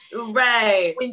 Right